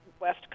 west